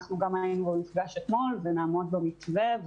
אנחנו היינו במפגש אתמול ונעמוד במתווה.